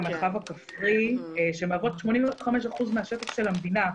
המרחב הכפרי שמהווים 85% מהשטח של המדינה.